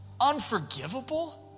unforgivable